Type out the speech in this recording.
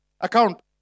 account